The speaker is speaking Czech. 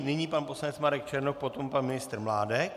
Nyní pan poslanec Marek Černoch, potom pan ministr Mládek.